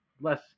less